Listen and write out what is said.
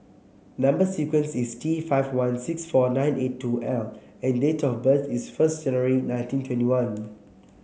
number sequence is T five one six four nine eight two L and date of birth is first January nineteen twenty one